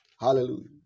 hallelujah